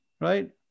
right